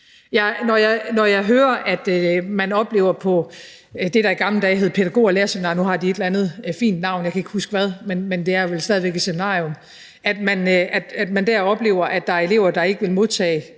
når jeg hører, at man oplever på det, der i gamle dage hed pædagog- og lærerseminariet – nu har de et eller andet fint navn; jeg kan ikke huske hvad, men det er vel stadig væk et seminarium – at der er elever, der ikke vil modtage